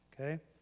okay